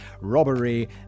robbery